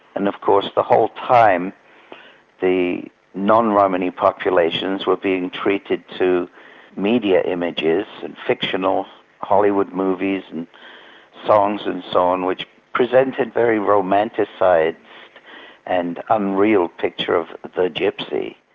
and of course the whole time the non-romany populations were being treated to media images and fictional hollywood movies, and songs and so on, which presented very a romanticised and unreal picture of the gypsy.